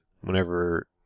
whenever